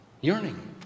yearning